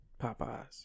Popeyes